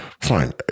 fine